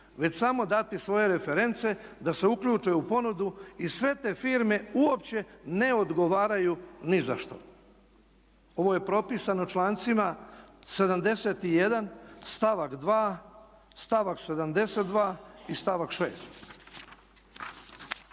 već samo dati svoje reference da se uključe u ponudu i sve te firme uopće ne odgovaraju ni za što. Ovo je propisano člancima 71. stavak 2., stavak 72. i stavak 6.